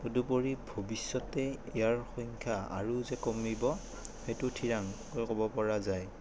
তদুপৰি ভাৱিষ্যতে ইয়াৰ সংখ্যা আৰু যে কমিব সেইটো থিৰাংকৈ ক'ব পৰা যায়